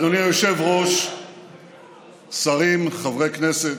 אדוני היושב-ראש, שרים, חברי כנסת,